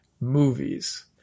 movies